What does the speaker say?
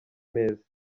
neza